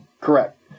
Correct